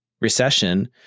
recession